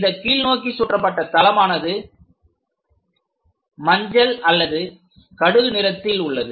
இந்தக் கீழ் நோக்கி சுற்றப்பட்ட தளமானது மஞ்சள் அல்லது கடுகு நிறத்தில் உள்ளது